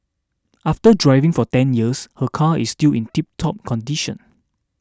after driving for ten years her car is still in tiptop condition